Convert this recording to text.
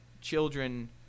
children